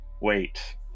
wait